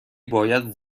باید